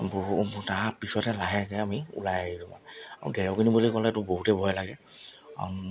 বহুত তাৰপিছতহে লাহেকৈ আমি ওলাই আহিলোঁ মানে আৰু ঢেৰেকনি বুলি ক'লেতো বহুতেই ভয় লাগে